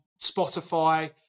Spotify